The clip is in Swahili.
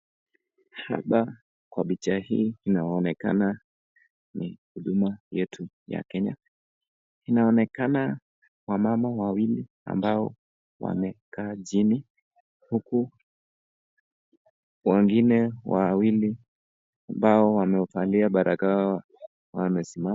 Hapa kwa picha inaonekana ni huduma yetu ya Kenya, inaonekana wamama wawili ambao wamekaa chini huku wengine wawili wamevalia barakoa wamesimama.